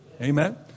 Amen